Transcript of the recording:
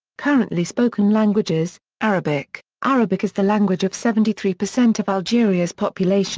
currently spoken languages arabic arabic is the language of seventy three percent of algeria's population